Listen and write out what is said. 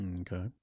Okay